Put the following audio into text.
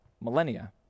millennia